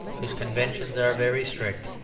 whose conventions are very strict,